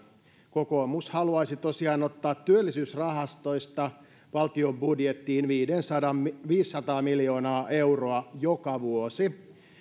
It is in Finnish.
kokoomus haluaisi tosiaan ottaa työllisyysrahastoista valtion budjettiin viisisataa miljoonaa euroa joka vuosi